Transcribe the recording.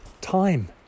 time